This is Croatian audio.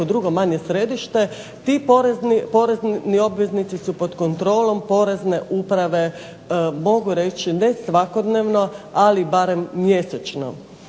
drugo manje središte ti porezni obveznici su pod kontrolom Porezne uprave mogu reći ne svakodnevno, ali barem mjesečno.